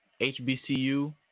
HBCU